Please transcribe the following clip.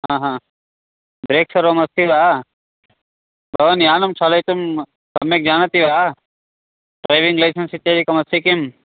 हा हा ब्रेक् सर्वमस्ति वा भवान् यानं चालयितुं सम्यक् जानति वा ड्रैविङ्ग् लैसेन्स् इत्यादिकमस्ति किं